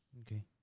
Okay